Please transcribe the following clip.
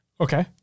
Okay